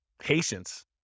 Patience